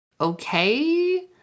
okay